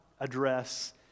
Address